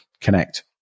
connect